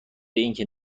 اینکه